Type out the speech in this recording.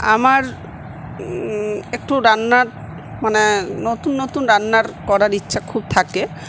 আমার একটু রান্নার মানে নতুন নতুন রান্নার করার ইচ্ছা খুব থাকে